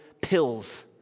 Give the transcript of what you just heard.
pills